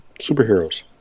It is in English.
Superheroes